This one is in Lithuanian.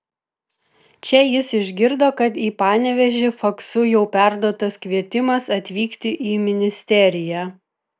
čia jis išgirdo kad į panevėžį faksu jau perduotas kvietimas atvykti į ministeriją